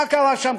מה קרה שם?